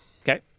Okay